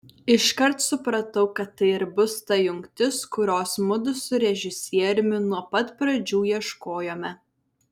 iškart supratau kad tai ir bus ta jungtis kurios mudu su režisieriumi nuo pat pradžių ieškojome